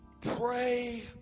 pray